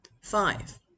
Five